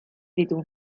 ditu